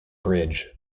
bridge